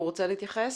רוצה להתייחס?